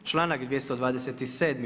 Članak 227.